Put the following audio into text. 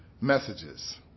messages